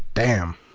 damn.